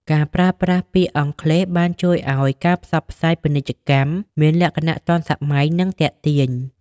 ការប្រើប្រាស់ពាក្យអង់គ្លេសបានជួយឱ្យការផ្សព្វផ្សាយពាណិជ្ជកម្មមានលក្ខណៈទាន់សម័យនិងទាក់ទាញ។